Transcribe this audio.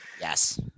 Yes